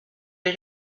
des